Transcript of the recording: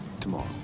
tomorrow